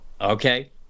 Okay